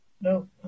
No